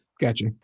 Gotcha